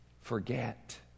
forget